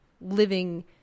living